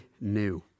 new